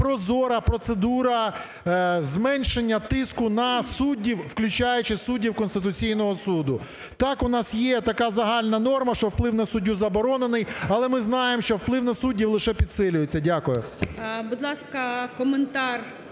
прозора процедура зменшення тиску на суддів, включаючи суддів Конституційного Суду. Так, у нас є така загальна норма, що вплив на суддю заборонений, але ми знаємо, що вплив на суддів лише підсилюється. Дякую.